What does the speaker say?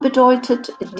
bedeutet